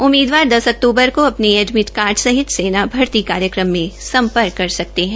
उम्मीदवार दस अक्तूबर को अपने एडमिट कार्ड सहित सेना भर्ती कार्यक्रम में सम्पर्क कर सकते है